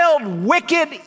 wicked